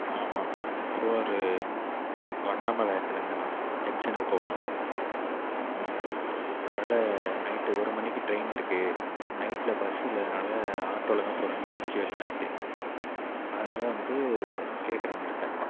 ஆமாம் திருவாரூர் வண்டாம்பாளையத்திலிருந்துணா ஜங்ஷனுக்கு போகணும் அதனால் நைட்டு ஒரு மணிக்கு ட்ரெயின் இருக்குது ஏனா நைட்டில் பஸ் இல்லை அதனால் ஆட்டோவில் தான் போகிற மாதிரி சிச்வேஷன் ஆகிட்டு அதனால் வந்து கேட்கறேன் உங்கள்கிட்ட